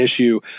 issue